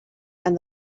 and